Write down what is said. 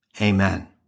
Amen